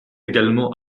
également